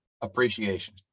appreciation